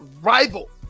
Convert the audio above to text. rival